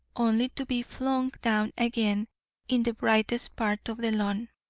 only to be flung down again in the brightest part of the lawn.